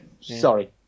Sorry